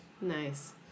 Nice